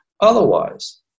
Otherwise